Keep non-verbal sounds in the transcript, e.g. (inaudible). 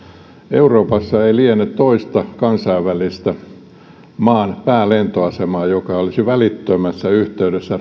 euroopassa ei liene toista kansainvälistä maan päälentoasemaa joka olisi välittömässä yhteydessä (unintelligible)